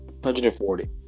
140